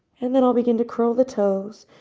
and then i'll begin to curl the toes,